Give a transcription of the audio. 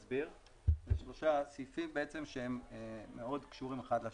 אלה שלושה סעיפים שמאוד קשורים אחד לשני.